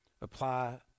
Apply